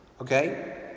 Okay